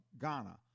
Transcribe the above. Ghana